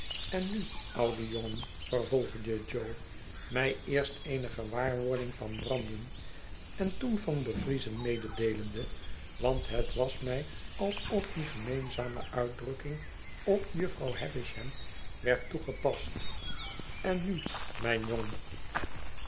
en nu oude jongen vervolgde jo mij eerst eene gewaarwording van branden en toen van bevriezen mededeelende want het was mij alsof die gemeenzame uitdrukking op jufvrouw havisham werd toegepast en nu mijn jongen